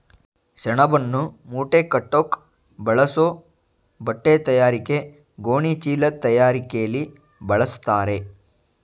ಸೆಣಬನ್ನು ಮೂಟೆಕಟ್ಟೋಕ್ ಬಳಸೋ ಬಟ್ಟೆತಯಾರಿಕೆ ಗೋಣಿಚೀಲದ್ ತಯಾರಿಕೆಲಿ ಬಳಸ್ತಾರೆ